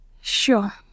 Sure